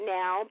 now